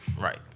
right